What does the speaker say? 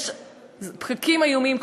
יש פקקים איומים.